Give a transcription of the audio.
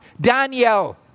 Daniel